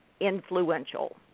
influential